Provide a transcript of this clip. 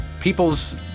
people's